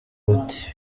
buti